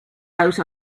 out